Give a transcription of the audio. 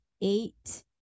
eight